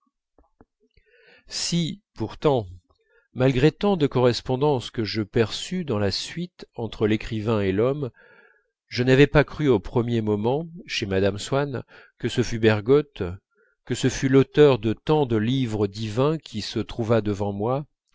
si pourtant malgré tant de correspondances que je perçus dans la suite entre l'écrivain et l'homme je n'avais pas cru au premier moment chez mme swann que ce fût bergotte que ce fût l'auteur de tant de livres divins qui se trouvât devant moi